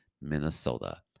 Minnesota